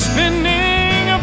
Spinning